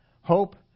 hope